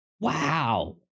wow